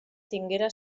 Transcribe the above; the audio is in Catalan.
tinguera